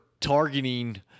targeting